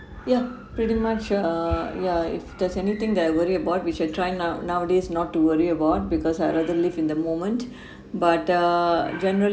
yeah pretty much err ya if there's anything that I worry about which I try now nowadays not to worry about because I'd rather live in the moment but uh generally